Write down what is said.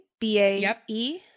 B-A-E